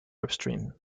upstream